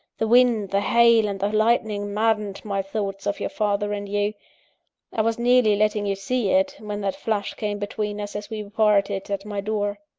the wind, the hail, and the lightning maddened my thoughts of your father and you i was nearly letting you see it, when that flash came between us as we parted at my door.